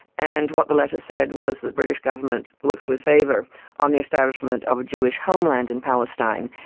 and what the letter said was the british government looks with favour on the establishment of a jewish homeland in palestine.